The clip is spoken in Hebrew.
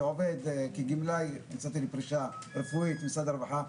כגמלאי יצאתי לפרישה רפואית במשרד הרווחה,